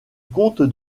comte